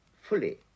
fully